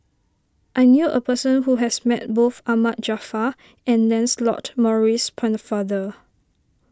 I knew a person who has met both Ahmad Jaafar and Lancelot Maurice Pennefather